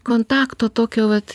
kontakto tokio vat